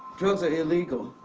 drugs are illegal.